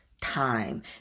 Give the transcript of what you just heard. time